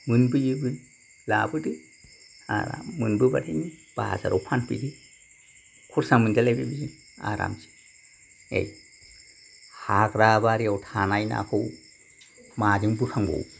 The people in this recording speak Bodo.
मोनबोयोबो लाबोदो आराम मोनबोबाय नों बाजाराव फानफैदो खरसा मोनजालायबाय बेजों आरामसे ऐ हाग्रा बारियाव थानाय नाखौ माजों बोखांबावो